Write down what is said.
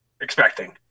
expecting